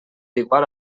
igual